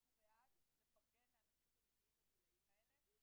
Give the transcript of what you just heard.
אנחנו בעד לפרגן לאנשים שמגיעים לגילאים האלה.